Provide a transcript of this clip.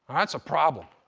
that's a problem.